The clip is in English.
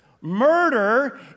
Murder